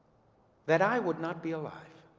that i would not be alive